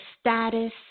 status